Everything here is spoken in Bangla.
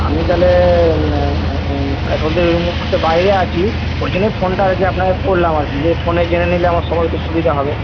আপনি তাহলে এখন তো এই মুহুর্তে বাইরে আছি ওই জন্যই ফোনটা আর কি আপনাকে করলাম আর কি যে ফোনে জেনে নিলে আমার একটু সুবিধা হবে